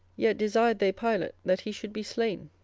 yet desired they pilate that he should be slain.